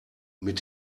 mit